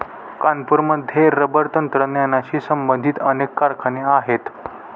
कानपूरमध्ये रबर तंत्रज्ञानाशी संबंधित अनेक कारखाने आहेत